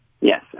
Yes